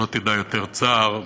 שלא תדע יותר צער.